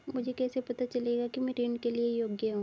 मुझे कैसे पता चलेगा कि मैं ऋण के लिए योग्य हूँ?